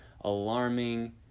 alarming